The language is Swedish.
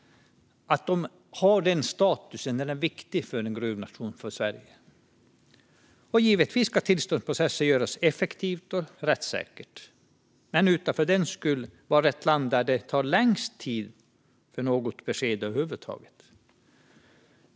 Att de har denna status är viktigt för en grön nation som Sverige. Givetvis ska tillståndsprocesser vara effektiva och rättssäkra, dock utan att vi för den skull ska vara det land där det tar längst tid att få något besked över huvud taget.